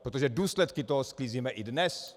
Protože důsledky toho sklízíme i dnes.